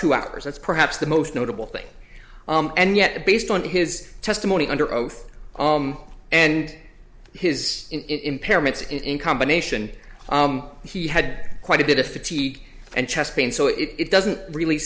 two hours that's perhaps the most notable thing and yet based on his testimony under oath and his impairments in combination he had quite a bit of fatigue and chest pain so it doesn't really